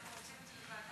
אנחנו רוצים את זה בוועדה.